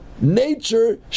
nature